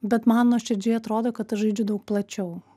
bet man nuoširdžiai atrodo kad aš žaidžiu daug plačiau